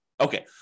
Okay